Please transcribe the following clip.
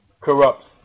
corrupts